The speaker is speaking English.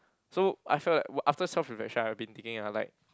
so I felt that after self reflection I've been thinking ah like